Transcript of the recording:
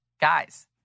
guys